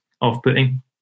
off-putting